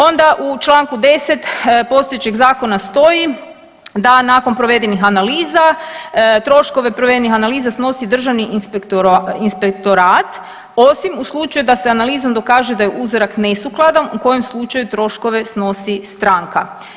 Onda u čl. 10. postojećeg zakona stoji da nakon provedenih analiza troškove provedenih analiza snosi državni inspektorat osim u slučaju da se analizom dokaže da je uzorak nesukladan u kojem slučaju troškove snosi stranka.